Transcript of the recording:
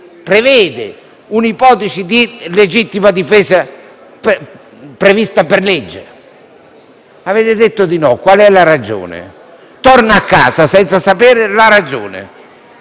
penale un'ipotesi di legittima difesa prevista per legge: avete detto di no. Qual è la ragione? Torno a casa senza sapere la ragione.